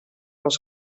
was